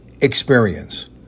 Experience